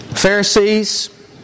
Pharisees